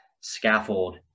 scaffold